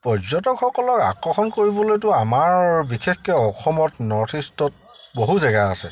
পৰ্যটকসকলক আকৰ্ষণ কৰিবলৈতো আমাৰ বিশেষকৈ অসমত নৰ্থ ইষ্টত বহু জেগা আছে